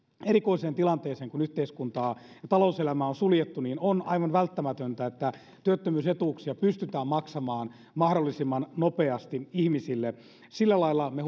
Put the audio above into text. erikoiseen tilanteeseen kun yhteiskuntaa ja talouselämää on suljettu niin on aivan välttämätöntä että työttömyysetuuksia pystytään maksamaan mahdollisimman nopeasti ihmisille sillä lailla me